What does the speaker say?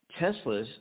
Teslas